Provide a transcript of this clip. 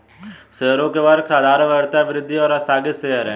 शेयरों के वर्ग साधारण, वरीयता, वृद्धि और आस्थगित शेयर हैं